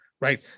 right